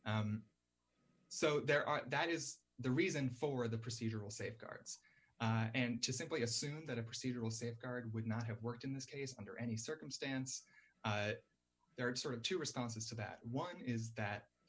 so there are that is the reason for the procedural safeguards and to simply assume that a procedural safeguard would not have worked in this case under any circumstance there are sort of two responses to that one is that the